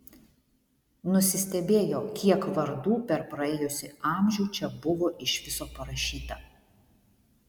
nusistebėjo kiek vardų per praėjusį amžių čia buvo iš viso parašyta